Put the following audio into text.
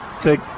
Take